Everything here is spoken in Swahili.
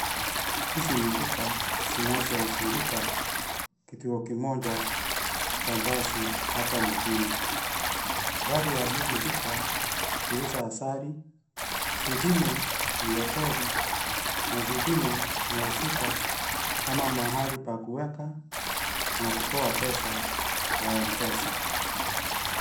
Hizi ni duka zinazozunguka kituo kimoja cha basi hapa mjini. Baadhi ya hizi duka huuza asali, zingine ni hoteli na zingine zinahusika kama mahali pakuweka na kutoa pesa ya M-pesa .